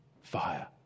Fire